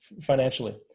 financially